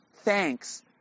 thanks